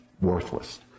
worthless